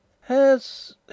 Has